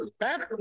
back